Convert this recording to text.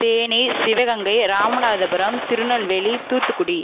Theni Sivaganga Ramanathapuram Tirunelveli Thoothukudi